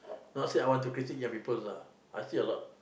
not say I want to critique young peoples ah I see a lot